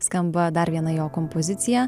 skamba dar viena jo kompozicija